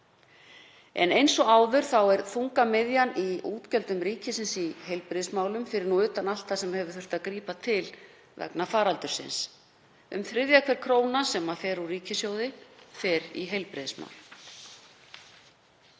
En eins og áður er þungamiðjan í útgjöldum ríkisins í heilbrigðismálum fyrir utan allt það sem hefur þurft að grípa til vegna faraldursins. Um þriðja hver króna sem fer úr ríkissjóði fer í heilbrigðismál.